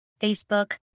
Facebook